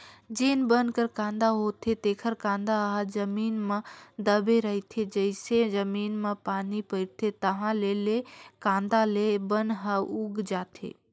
जेन बन कर कांदा होथे तेखर कांदा ह जमीन म दबे रहिथे, जइसे जमीन म पानी परिस ताहाँले ले कांदा ले बन ह उग जाथे